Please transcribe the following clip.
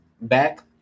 back